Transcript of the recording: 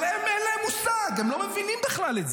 אבל הם אין להם מושג, הם לא מבינים את זה בכלל.